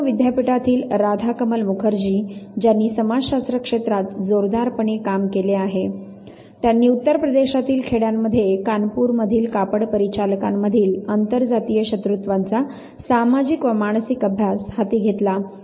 लखनौ विद्यापीठातील राधाकमल मुखर्जी ज्यांनी समाजशास्त्र क्षेत्रात जोरदार पणे काम केले आहे त्यांनी "उत्तर प्रदेशातील खेड्यांमध्ये कानपूर मधील कापड परिचालकांमधील आंतरजातीय शत्रुंत्वाचा सामाजिक व मानसिक अभ्यास" हाती घेतला